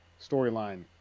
storyline